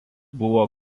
buvo